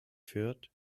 führt